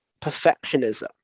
perfectionism